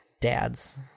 dad's